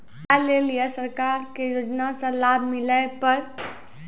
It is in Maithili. गाय ले ली सरकार के योजना से लाभ मिला पर?